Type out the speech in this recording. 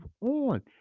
on